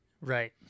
right